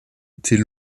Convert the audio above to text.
était